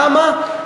למה?